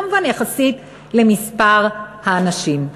כמובן יחסית למספר האנשים.